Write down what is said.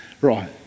Right